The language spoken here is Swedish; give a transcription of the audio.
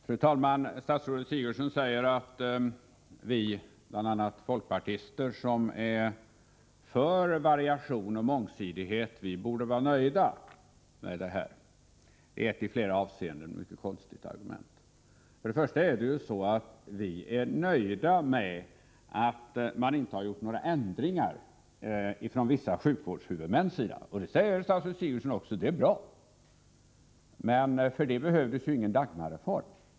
Fru talman! Statsrådet Sigurdsen säger att vi folkpartister som är för variation och mångsidighet borde vara nöjda. Det är ett i flera avseenden mycket konstigt argument. Vi är nöjda med att vissa sjukvårdshuvudmän inte har gjort några ändringar — och statsrådet Sigurdsen säger också att det är bra — men för det behövdes ingen Dagmarreform.